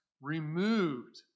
removed